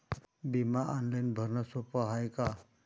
बिमा ऑनलाईन भरनं सोप हाय का?